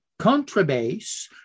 contrabass